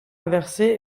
inversé